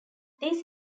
these